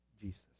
Jesus